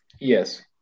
Yes